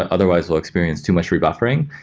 ah otherwise, we'll experience too much rebuffering.